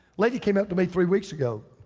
lady came up to me three weeks ago.